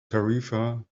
tarifa